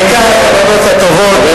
העיקר הכוונות הטובות.